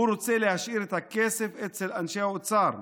הוא רוצה להשאיר את הכסף אצל אנשי האוצר.